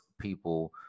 people